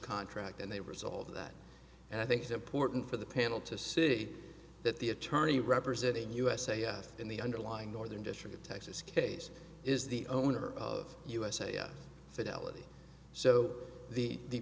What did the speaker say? contract and they resolved that and i think it's important for the panel to see that the attorney representing us a f in the underlying northern district of texas case is the owner of u s a s fidelity so the